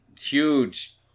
Huge